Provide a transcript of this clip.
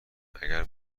اگر